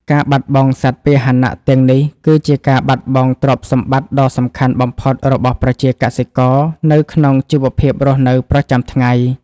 ការបាត់បង់សត្វពាហនៈទាំងនេះ គឺជាការបាត់បង់ទ្រព្យសម្បត្តិដ៏សំខាន់បំផុតរបស់ប្រជាកសិករនៅក្នុងជីវភាពរស់នៅប្រចាំថ្ងៃ។